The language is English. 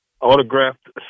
autographed